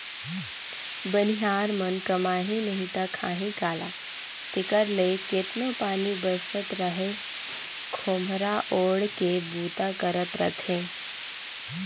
बनिहार मन कमाही नही ता खाही काला तेकर ले केतनो पानी बरसत रहें खोम्हरा ओएढ़ के बूता करत रहथे